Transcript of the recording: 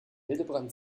hildebrand